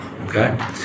Okay